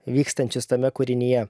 vykstančius tame kūrinyje